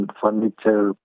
furniture